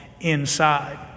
inside